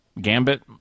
Gambit